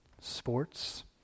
sports